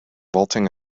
vaulting